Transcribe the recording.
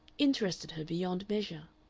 interested her beyond measure.